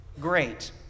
great